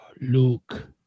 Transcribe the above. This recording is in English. Luke